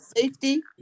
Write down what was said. safety